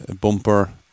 bumper